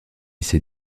ces